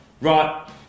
Right